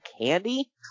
candy